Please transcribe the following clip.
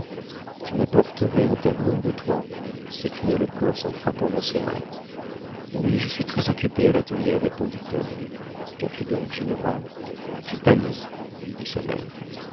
tu m'apporterais un tableau de toi s'écria le corse en frappant dans ses mains oui je suis très occupée à l'atelier répondit-elle qu'as-tu donc ginevra tu pâlis lui dit sa mère